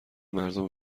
مردم